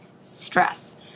stress